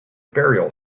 burial